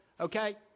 okay